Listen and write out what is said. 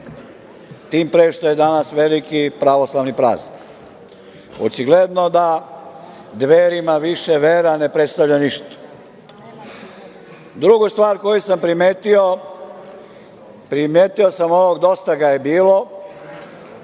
tim pre što je danas veliki pravoslavni praznik. Očigledno da Dverima više vera ne predstavlja ništa. Drugu stvar koju sam primetio, primetio sam ovog - dosta ga je bilo,